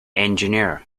engineer